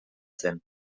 zen